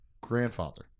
grandfather